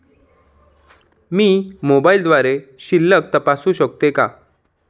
मी मोबाइलद्वारे शिल्लक तपासू शकते का?